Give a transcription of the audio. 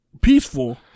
Peaceful